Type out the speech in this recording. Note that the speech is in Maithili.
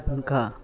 हुनका